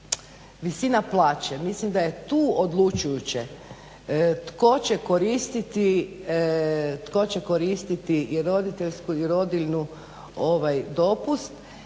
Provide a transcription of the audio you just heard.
visina plaće, mislim da je tu odlučujuće tko će koristiti i roditeljsku i rodiljnu dopust,